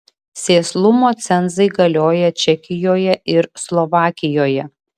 sėslumo cenzai galioja čekijoje ir slovakijoje